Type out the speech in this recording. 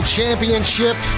Championship